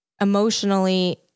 emotionally